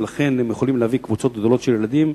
ולכן הם יכולים להביא קבוצות גדולות של ילדים.